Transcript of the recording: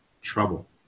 trouble